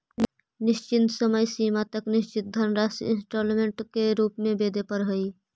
निश्चित समय सीमा तक निश्चित धनराशि इंस्टॉलमेंट के रूप में वेदे परऽ हई